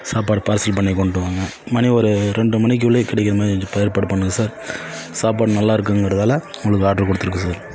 சாப்பாடு பார்சல் பண்ணி கொண்டுட்டு வாங்க மணி ஒரு ரெண்டு மணிக்குள்ளேயே கிடைக்கிற மாதிரி ஏற்பாடு பண்ணுங்க சார் சாப்பாடு நல்லாருக்குங்கிறதால உங்களுக்கு ஆர்ட்ரு கொடுத்துருக்கு சார்